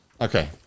Okay